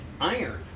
iron